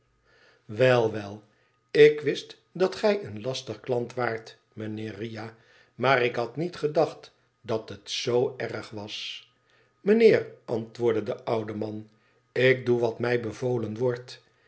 wel wel ik wist dat gij een lastige klant waart mijnheer riah maar ik had niet gedacht dat het z erg was t mijnheer antwoordde de oude map ik doe wat mij bevolen wordt